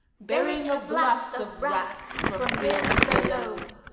bearing a blast of wrath from realms below,